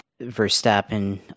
Verstappen